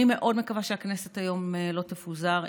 אני מאוד מקווה שהכנסת לא תפוזר היום.